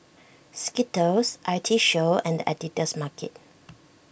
Skittles I T Show and the Editor's Market